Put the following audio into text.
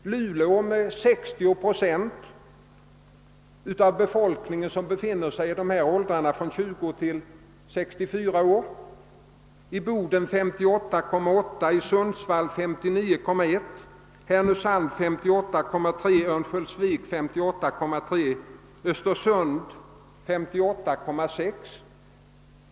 I Luleå befinner sig 60 procent av befolkningen i åldrarna mellan 20 och 64 år, i Boden 58,8 procent, i Sundsvall 59,1 procent, i Härnösand 53,3 procent, i Örnsköldsvik 58,3 procent och i Östersund 58,6 procent.